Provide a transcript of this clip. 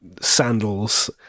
sandals